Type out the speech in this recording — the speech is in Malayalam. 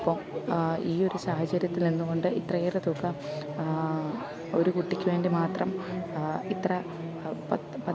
അപ്പം ഈ ഒരു സാഹചര്യത്തിൽ നിന്നുകൊണ്ട് ഇത്രയേറെ തുക ഒരു കുട്ടിക്ക് വേണ്ടി മാത്രം ഇത്ര പത്ത് പത്ത്